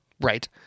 Right